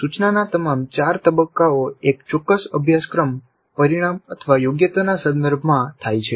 સૂચનાના તમામ 4 તબક્કાઓ એક ચોક્કસ અભ્યાશક્રમ પરિણામયોગ્યતાના સંદર્ભમાં થાય છે